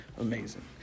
amazing